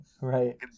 Right